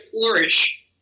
flourish